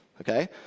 okay